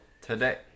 Today